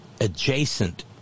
adjacent